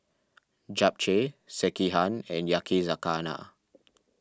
Japchae Sekihan and Yakizakana